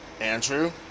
Andrew